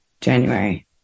January